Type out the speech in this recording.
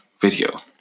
video